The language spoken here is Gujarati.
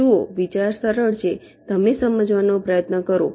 જુઓ વિચાર સરળ છે તમે સમજવાનો પ્રયત્ન કરો